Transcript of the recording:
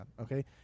okay